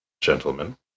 gentlemen